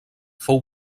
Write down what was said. fou